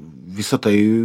visa tai